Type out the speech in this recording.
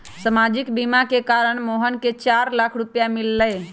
सामाजिक बीमा के कारण मोहन के चार लाख रूपए मिल लय